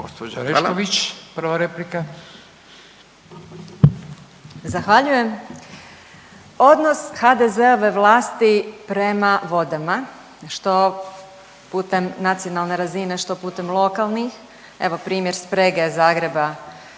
Zahvaljujem. Odnos HDZ-ove vlasti prema vodama, što putem nacionalne razine, što putem lokalnih, evo primjer sprege Zagreba